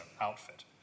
outfit